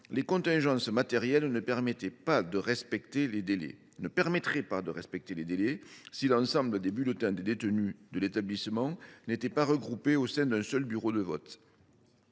Les contingences matérielles ne permettraient pas de respecter les délais si l’ensemble des bulletins des détenus de l’établissement n’étaient pas regroupés au sein d’un seul bureau de vote.